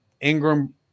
Ingram